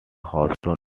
houston